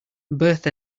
birth